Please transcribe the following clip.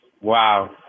Wow